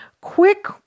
Quick